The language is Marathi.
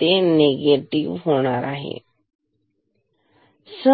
तर निगेटिव्ह होईल ठीक आहे